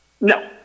No